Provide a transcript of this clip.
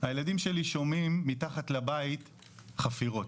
הילדים שלי שומעים מתחת לבית חפירות'.